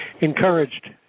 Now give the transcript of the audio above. encouraged